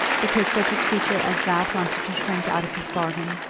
because such a creature as that wanted to shirk out of his bargain?